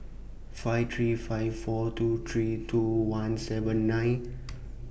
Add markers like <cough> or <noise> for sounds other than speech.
five three five four two three two one seven nine <noise>